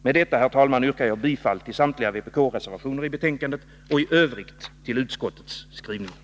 Herr talman! Med detta yrkar jag bifall till samtliga vpk-reservationer i betänkandet och i övrigt till utskottets skrivningar.